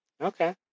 Okay